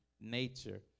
nature